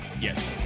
Yes